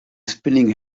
spinning